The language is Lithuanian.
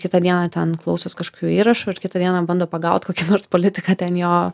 kitą dieną ten klausos kažkokių įrašų ir kitą dieną bando pagaut kokį nors politiką ten jo